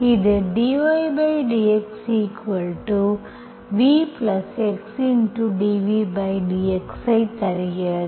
இது dYdXvXdvdX ஐ தருகிறது